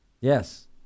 Yes